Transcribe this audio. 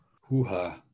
Hoo-ha